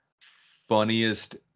funniest